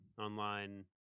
online